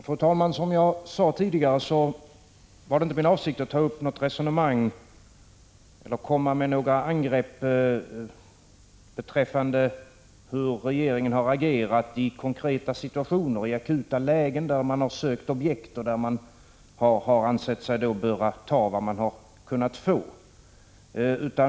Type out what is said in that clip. Fru talman! Som jag sade tidigare var det inte min avsikt att ta upp något resonemang eller komma med några angrepp beträffande hur regeringen har agerat i konkreta situationer, i akuta lägen eller när man sökt objekt och ansett sig böra ta vad man kunnat få.